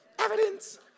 Evidence